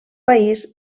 país